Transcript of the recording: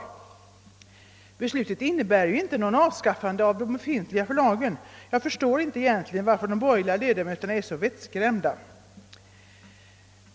Men beslutet innebär inte något avskaffande av de befintliga förlagen. Jag förstår därför inte varför de borgerliga ledamöterna redan nu är så vettskrämda.